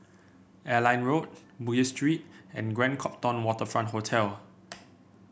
Airline Road Bugis Street and Grand Copthorne Waterfront Hotel